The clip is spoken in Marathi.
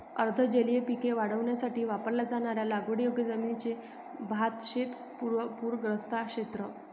अर्ध जलीय पिके वाढवण्यासाठी वापरल्या जाणाऱ्या लागवडीयोग्य जमिनीचे भातशेत पूरग्रस्त क्षेत्र